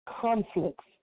conflicts